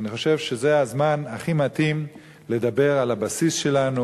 ואני חושב שזה הזמן הכי מתאים לדבר על הבסיס שלנו.